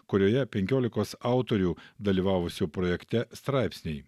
kurioje penkiolikos autorių dalyvavusių projekte straipsniai